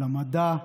למדע.